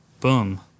boom